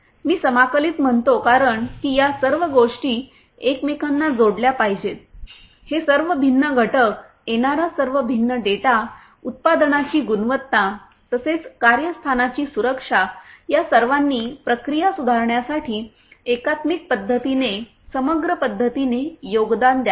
मी समाकलित म्हणतो कारण की या सर्व गोष्टी एकमेकांना जोडल्या पाहिजेत हे सर्व भिन्न घटक येणारा सर्व भिन्न डेटा उत्पादनाची गुणवत्ता तसेच कार्यस्थानाची सुरक्षा या सर्वांनी प्रक्रिया सुधारण्यासाठी एकात्मिक पद्धतीने समग्र पद्धतीने योगदान द्यावे